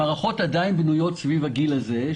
המערכות עדיין בנויות סביב הגיל הזה.